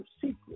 secret